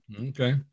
Okay